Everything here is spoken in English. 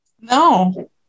No